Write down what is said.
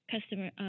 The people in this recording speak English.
customer